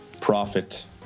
Profit